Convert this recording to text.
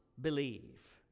believe